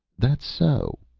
that's so,